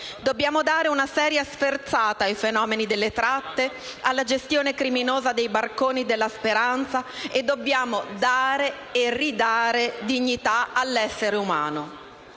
Dobbiamo dare una seria sferzata al fenomeno delle tratte, alla gestione criminosa dei barconi della speranza, e dobbiamo dare e ridare dignità all'essere umano.